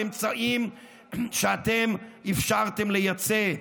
באמצעים שאתם אפשרתם לייצא.